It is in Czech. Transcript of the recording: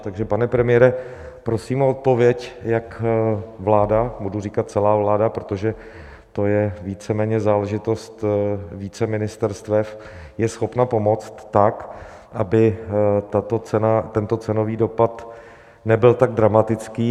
Takže, pane premiére, prosím o odpověď, jak vláda, budu říkat celá vláda, protože to je víceméně záležitost více ministerstev, je schopna pomoct tak, aby tento cenový dopad nebyl tak dramatický.